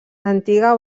antiga